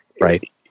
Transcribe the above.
right